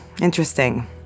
Interesting